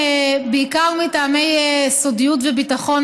בעיקר מטעמי סודיות וביטחון,